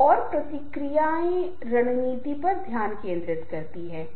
और प्रक्रियाएं रणनीति पर ध्यान केंद्रित करती हैं